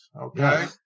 Okay